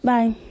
Bye